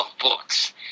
books